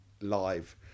live